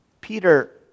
Peter